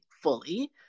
fully